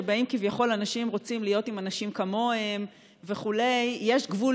שבהם כביכול אנשים רוצים להיות עם אנשים כמוהם וכו' יש גבול